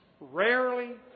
rarely